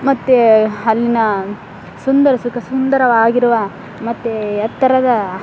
ಮತ್ತು ಅಲ್ಲಿನ ಸುಂದರ ಸುಖ ಸುಂದರವಾಗಿರುವ ಮತ್ತು ಎತ್ತರದ